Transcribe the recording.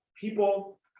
People